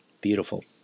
beautiful